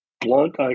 blunt